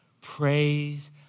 Praise